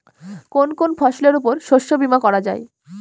কোন কোন ফসলের উপর শস্য বীমা করা যায়?